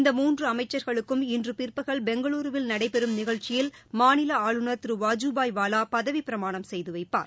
இந்த மூன்று அமைச்சர்களுக்கும் இன்று பிற்பகல் பெங்களூருவில் நடைபெறும் நிகழ்ச்சியில் மாநில ஆளுநர் திரு வாஜபாய் வாலா பதவிப்பிரமாணம் செய்து வைப்பார்